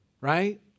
right